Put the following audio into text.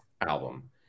album